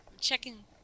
Checking